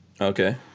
Okay